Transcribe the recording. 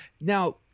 Now